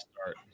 start